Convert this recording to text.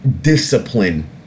discipline